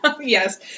yes